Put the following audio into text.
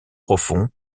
profond